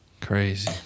Crazy